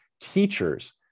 teachers